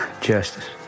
Justice